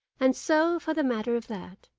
and so, for the matter of that,